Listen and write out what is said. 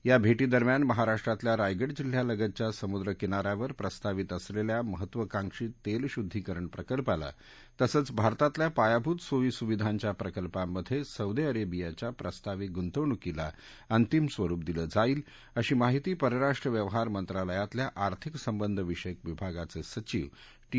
या भेटीदरम्यान महाराष्ट्रातल्या रायगड जिल्ह्यालगतच्या समुद्र किनाऱ्यावर प्रस्तावित असलेल्या महत्वाकांक्षी तेलशुद्दीकरण प्रकल्पाला तसंच भारतातल्या पायाभूत सोयी सुविधांच्या प्रकल्पामध्ये सोदी अरेबियाच्या प्रस्तावित गुंतवणूकीला अंतिम स्वरूप दिलं जाईल अशी माहिती परराष्ट्र व्यवहार मंत्रालयातल्या आर्थिक संबंधविषयक विभागाचे सचिव टी